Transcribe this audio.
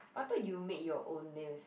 I thought you make your own list